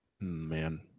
man